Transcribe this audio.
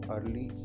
Early